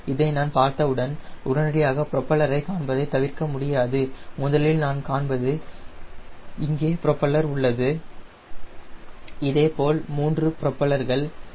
இதை நான் பார்த்தவுடன் உடனடியாக புரோப்பலரை காண்பதை தவிர்க்க முடியாது முதலில் நான் காண்பது இங்கே புரோப்பலர் உள்ளது இதேபோல் மூன்று புரோப்பலர்கள் உள்ளன